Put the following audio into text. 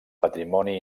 patrimoni